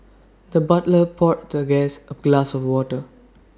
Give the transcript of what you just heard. the butler poured the guest A glass of water